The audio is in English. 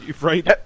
Right